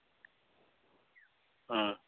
ᱦᱮᱸ